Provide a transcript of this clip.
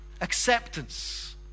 acceptance